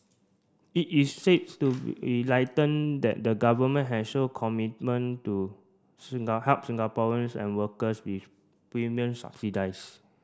it is says that the Government has shown commitment to help Singaporeans and workers with premium subsidies